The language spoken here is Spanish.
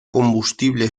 combustible